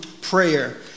prayer